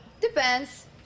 Depends